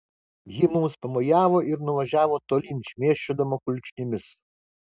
ji mums pamojavo ir nuvažiavo tolyn šmėsčiodama kulkšnimis